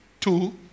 two